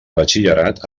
batxillerat